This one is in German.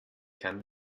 kann